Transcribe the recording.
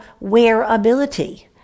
wearability